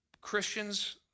Christians